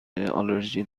آلرژی